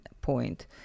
point